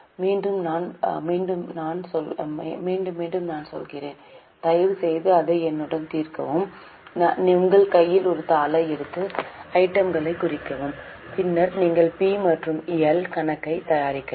மீண்டும் நான் மீண்டும் சொல்கிறேன் தயவுசெய்து அதை என்னுடன் தீர்க்கவும் உங்கள் கையில் ஒரு தாளை எடுத்து ஐட்டம் களைக் குறிக்கவும் பின்னர் நீங்கள் பி மற்றும் எல் கணக்கைத் தயாரிக்கலாம்